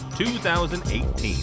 2018